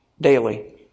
Daily